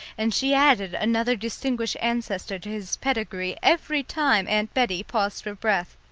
and she added another distinguished ancestor to his pedigree every time aunt bettie paused for breath.